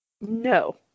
No